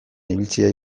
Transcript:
ibiltzeari